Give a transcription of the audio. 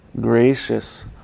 gracious